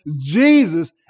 jesus